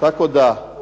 Tako da